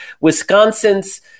Wisconsin's